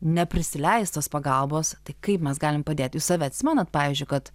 neprisileis tos pagalbos tai kaip mes galim padėti jūs save atsimenat pavyzdžiui kad